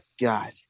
god